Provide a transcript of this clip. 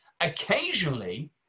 Occasionally